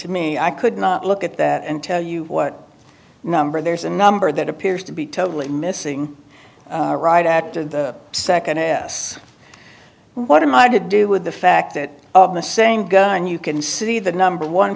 to me i could not look at that and tell you what number there's a number that appears to be totally missing right after the second s what am i to do with the fact that the saying goes on you can see the number one